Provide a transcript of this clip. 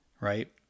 Right